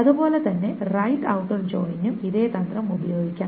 അതുപോലെ തന്നെ right outer ജോയിനിനും ഇതേ തന്ത്രം ഉപയോഗിക്കാം